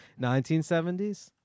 1970s